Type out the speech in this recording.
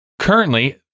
Currently